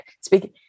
speaking